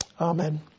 Amen